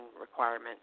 requirement